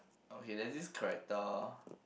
okay there's this character